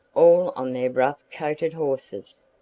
all on their rough-coated horses,